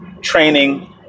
training